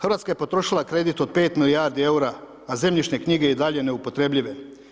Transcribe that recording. Hrvatska je potrošila kredit od 5 milijardi eura a zemljišne knjige i dalje neupotrjebljive.